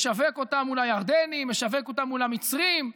משווק אותה מול הירדנים ומשווק אותה מול המצרים.